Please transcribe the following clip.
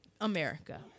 America